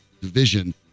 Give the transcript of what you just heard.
Division